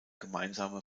gemeinsame